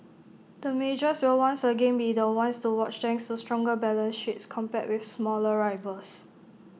the majors will once again be the ones to watch thanks to stronger balance sheets compared with smaller rivals